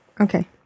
Okay